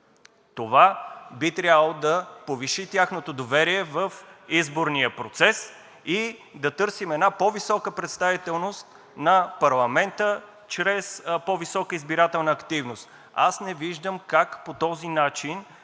Това би трябвало да повиши тяхното доверие в изборния процес и да търсим една по-висока представителност на парламента чрез по-висока избирателна активност. Аз не виждам как по този начин,